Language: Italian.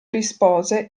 rispose